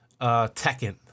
Tekken